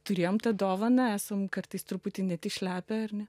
turėjom tą dovaną esam kartais truputį net išlepę ar ne